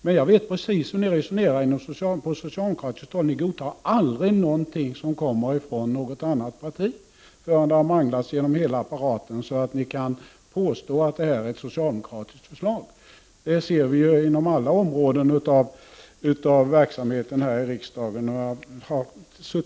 Nej, jag vet precis hur ni socialdemokrater resonerar. Ni godtar aldrig någonting som kommer från något annat parti förrän det har manglats genom hela apparaten så att ni kan påstå att det är ett socialdemokratiskt förslag. Detta ser vi inom alla områden av verksamheten här i riksdagen.